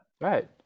Right